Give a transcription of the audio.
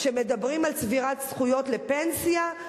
כשמדברים על צבירת זכויות לפנסיה,